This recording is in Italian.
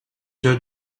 joe